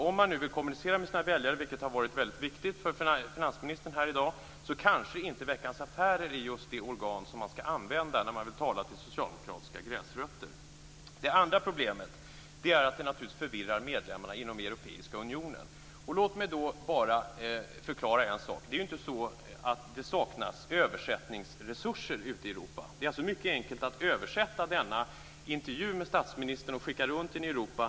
Om man nu vill kommunicera med sina väljare, vilket har varit väldigt viktigt för finansministern här i dag, kanske inte Veckans Affärer är just det organ man skall använda när man vill tala till socialdemokratiska gräsrötter. För det andra är det ett problem att detta naturligtvis förvirrar medlemmarna i den europeiska unionen. Låt mig förklara en sak. Det är inte så att det saknas översättningsresurser ute i Europa. Det är mycket enkelt att översätta denna intervju med statsministern och skicka runt den i Europa.